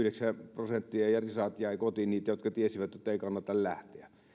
prosenttia ja risat jäi kotiin niitä jotka tiesivät että ei kannata lähteä